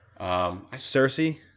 Cersei